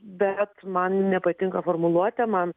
bet man nepatinka formuluotė man